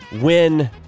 win